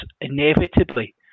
inevitably